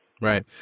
Right